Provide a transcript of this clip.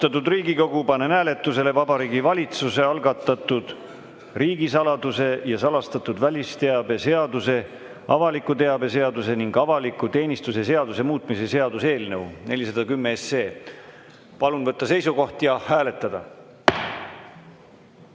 juurde. Austatud Riigikogu, panen hääletusele Vabariigi Valitsuse algatatud riigisaladuse ja salastatud välisteabe seaduse, avaliku teabe seaduse ning avaliku teenistuse seaduse muutmise seaduse eelnõu 410. Palun võtta seisukoht ja hääletada!